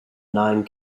nine